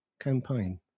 campaign